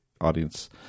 audience